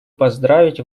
поздравить